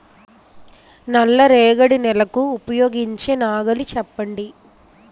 నల్ల రేగడి నెలకు ఉపయోగించే నాగలి చెప్పండి?